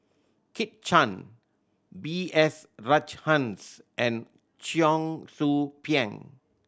Kit Chan B S Rajhans and Cheong Soo Pieng